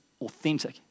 authentic